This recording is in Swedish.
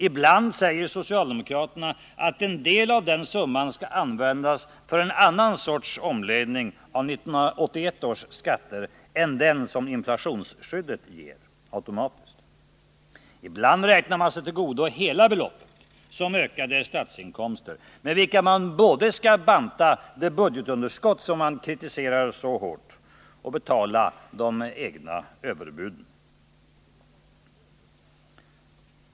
Ibland säger socialdemokraterna att en del av den summan skall användas för en annan sorts omläggning av 1981 års skatter än den som inflationsskyddet automatiskt ger. Ibland räknar de sig till godo hela beloppet som ökade statsinkomster med vilka de både skall banta det budgetunderskott som de så hårt kritiserar och betala egna överbud.